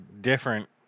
different